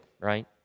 right